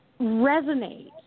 resonate